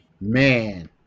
Man